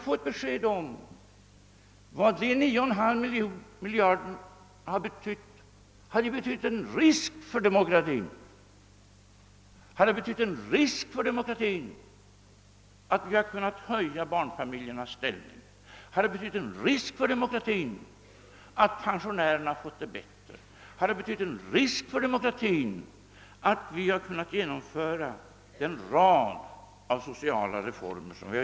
Har det betytt en risk för demokratin att vi med dessa 9,5 miljarder kronor har kunnat förbättra barnfamiljernas ställning, har det betytt en risk för demokratin att pensionärerna har fått det bättre, har det betytt en risk för demokratin att vi har kunnat genomföra hela raden av sociala reformer?